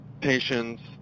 patients